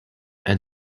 and